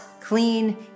clean